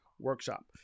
workshop